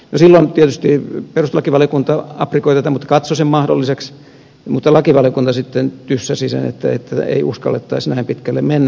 silloin tietysti perustuslakivaliokunta aprikoi tätä mutta katsoi sen mahdolliseksi mutta lakivaliokunta sitten tyssäsi sen että ei uskallettaisi näin pitkälle mennä